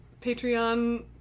patreon